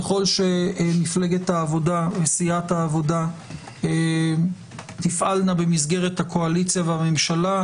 ככל שמפלגת העבודה וסיעת העבודה תפעלנה במסגרת הקואליציה והממשלה,